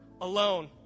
alone